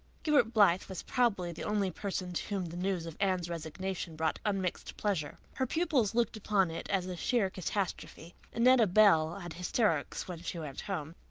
gilbert blythe was probably the only person to whom the news of anne's resignation brought unmixed pleasure. her pupils looked upon it as a sheer catastrophe. annetta bell had hysterics when she went home.